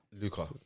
Luca